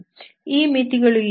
ಈ ಮಿತಿಗಳು ಯಾವುವು